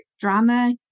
drama